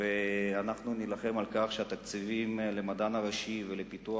ואנחנו נילחם על כך שלתקציבים למדען הראשי ולפיתוח